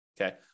okay